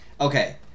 Okay